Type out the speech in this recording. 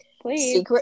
please